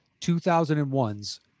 2001's